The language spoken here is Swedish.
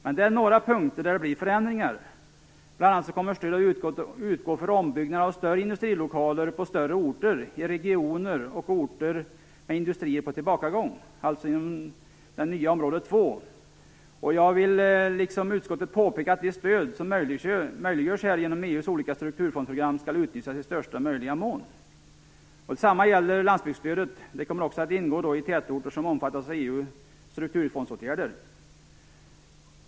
Men på några punkter blir det förändringar. Bl.a. kommer stöd att utgå för ombyggnad av större industrilokaler på större orter i regioner och orter med industrier på tillbakagång, dvs. inom det nya område 2. Jag vill liksom utskottet påpeka att det stöd som här möjliggörs genom EU:s olika strukturfondsprogram skall utnyttjas i största möjliga mån. Detsamma gäller landsbygdsstödet. Det kommer också att ingå i de tätorter som omfattas av EU:s strukturfondsåtgärder.